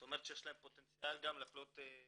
זאת אומרת שיש להם גם פוטנציאל לחלות בסוכרת,